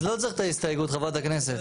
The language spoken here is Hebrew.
אז לא צריך את ההסתייגות, חברת הכנסת.